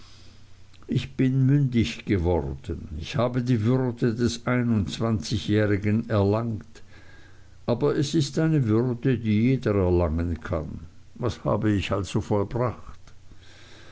ich bin mündig geworden ich habe die würde des einundzwanzigjährigen erlangt aber es ist eine würde die jeder erlangen kann was habe ich also vollbracht